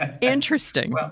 Interesting